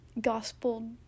gospel